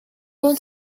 known